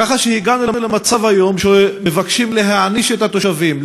ככה שהגענו היום למצב שמבקשים להעניש את התושבים,